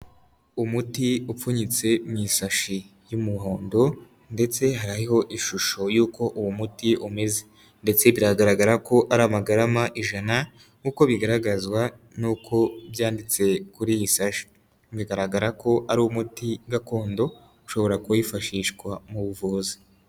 Umuti upfunyitse mu isashi y'umuhondo, ndetse hariho ishusho y'uko uwo muti umeze. Ndetse biragaragara ko ari amagarama ijana nkuko bigaragazwa n'uko byanditse kuri iyi sashe bigaragara ko ariwo umuti gakondo ushobora kuwifashishwa mu buvuzi.